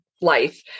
life